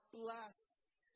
blessed